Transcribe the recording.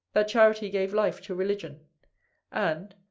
that charity gave life to religion and,